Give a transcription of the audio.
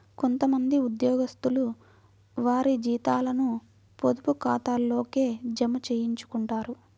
కొంత మంది ఉద్యోగస్తులు వారి జీతాలను పొదుపు ఖాతాల్లోకే జమ చేయించుకుంటారు